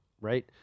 right